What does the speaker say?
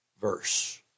verse